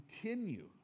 continue